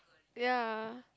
ya